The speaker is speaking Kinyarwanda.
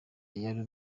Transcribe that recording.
yari